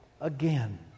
again